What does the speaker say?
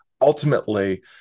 ultimately